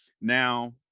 Now